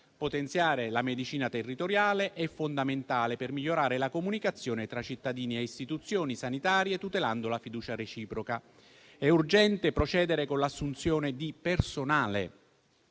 Potenziare la medicina territoriale è fondamentale per migliorare la comunicazione tra cittadini e istituzioni sanitarie, tutelando la fiducia reciproca. È urgente procedere con l'assunzione di personale